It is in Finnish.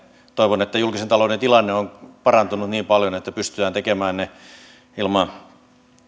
toivon että julkisen talouden tilanne on parantunut niin paljon pystytään tekemään ilman